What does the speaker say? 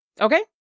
Okay